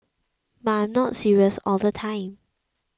but I am not serious all the time